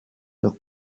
leur